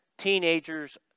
Teenagers